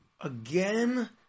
again